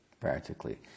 practically